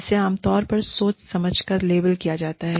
जिसे आमतौर पर सोच समझ कर लेबल किया जाता है